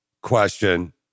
question